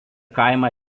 kaimą